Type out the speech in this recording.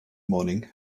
morning